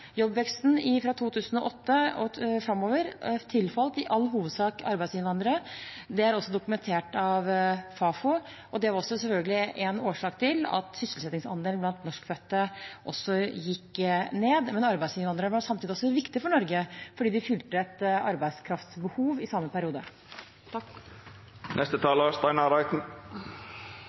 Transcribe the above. Jobbveksten fra 2008 og framover tilfalt i all hovedsak arbeidsinnvandrere. Det er også dokumentert av Fafo. Det var selvfølgelig også en årsak til at sysselsettingsandelen blant norskfødte gikk ned, men arbeidsinnvandrerne var samtidig viktige for Norge fordi de fylte et arbeidskraftbehov i samme periode.